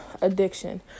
Addiction